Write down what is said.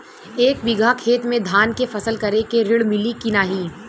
एक बिघा खेत मे धान के फसल करे के ऋण मिली की नाही?